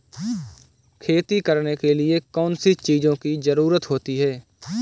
खेती करने के लिए कौनसी चीज़ों की ज़रूरत होती हैं?